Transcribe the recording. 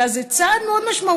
אלא זה צעד מאוד משמעותי.